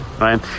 right